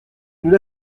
nous